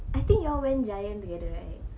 I think you all went Giant together right